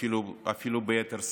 אפילו ביתר שאת,